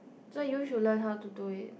so you should learn how to do it